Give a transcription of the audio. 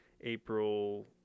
April